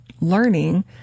learning